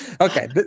Okay